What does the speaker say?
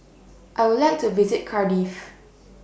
I Would like to visit Cardiff